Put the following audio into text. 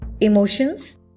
emotions